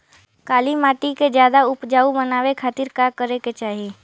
काली माटी के ज्यादा उपजाऊ बनावे खातिर का करे के चाही?